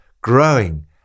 growing